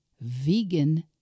Vegan